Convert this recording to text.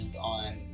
on